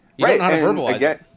Right